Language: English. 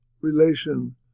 relation